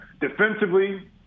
Defensively